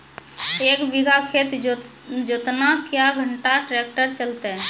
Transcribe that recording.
एक बीघा खेत जोतना क्या घंटा ट्रैक्टर चलते?